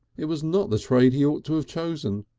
it was not the trade he ought to have chosen,